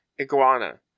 iguana